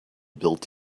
built